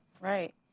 Right